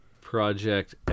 Project